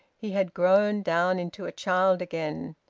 he had grown down into a child again,